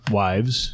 wives